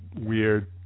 weird